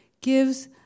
gives